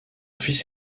fils